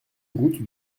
route